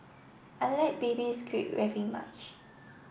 I like baby squid very much